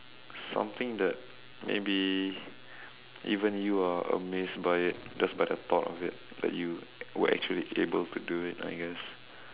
something that maybe even you are amazed by it just by the thought of it that you would actually be able to do it I guess